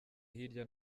hirya